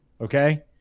Okay